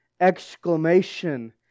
exclamation